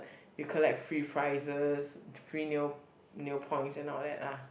you collect free prizes free neo neo points and all that lah